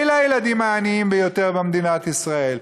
אלה הילדים העניים ביותר במדינת ישראל.